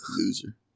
Loser